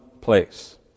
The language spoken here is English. place